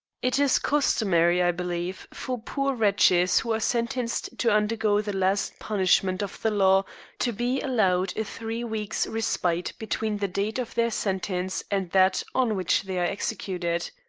it is customary, i believe, for poor wretches who are sentenced to undergo the last punishment of the law to be allowed a three weeks' respite between the date of their sentence and that on which they are executed.